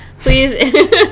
please